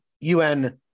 UN